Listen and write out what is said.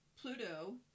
Pluto